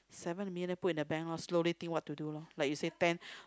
seven million put in the bank lor slowly think what to do loh like you say ten